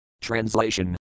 Translation